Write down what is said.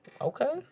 okay